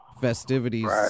festivities